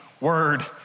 word